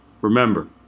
remember